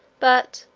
but,